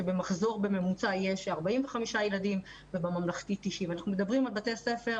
שבמחזור בממוצע יש 45 ילדים ובממלכתי 90. אנחנו מדברים על בתי ספר